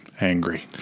angry